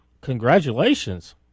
Congratulations